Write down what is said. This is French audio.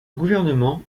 gouvernement